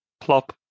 plop